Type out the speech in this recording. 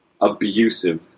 abusive